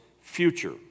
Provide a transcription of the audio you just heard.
future